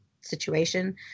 situation